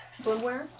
swimwear